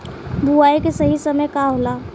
बुआई के सही समय का होला?